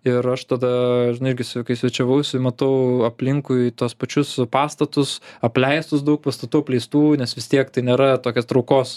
ir aš tada žinai irgi kai svečiavausi matau aplinkui tuos pačius pastatus apleistus daug pastatų apleistų nes vis tiek tai nėra tokia traukos